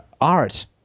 art